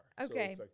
Okay